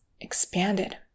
expanded